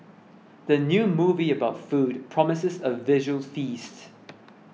the new movie about food promises a visual feast